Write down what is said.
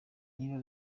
niba